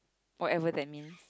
whatever that mean